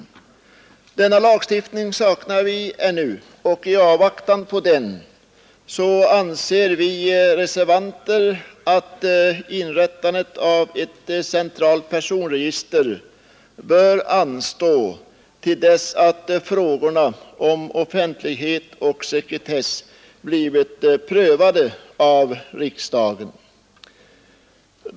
Sådan lagstiftning saknar vi ännu, och i avvaktan på den anser vi reservanter att inrättandet av ett centralt personregister bör anstå till dess frågorna om offentlighet och sekretess blivit prövade av riksdagen.